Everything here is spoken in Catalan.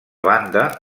banda